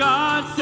God